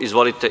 Izvolite.